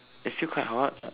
it's still quite hot